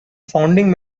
founding